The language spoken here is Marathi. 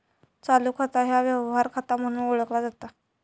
चालू खाता ह्या व्यवहार खाता म्हणून ओळखला जाता